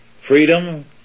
freedom